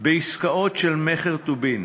בעסקאות של מכר טובין.